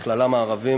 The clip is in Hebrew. בכללם הערבים.